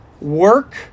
work